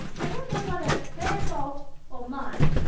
i don't know whether it's their fault or mine.